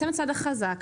אתם הצד החזק,